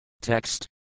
Text